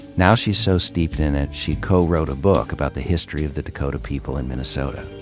now she's so steeped in it she co-wrote a book about the history of the dakota people in minnesota.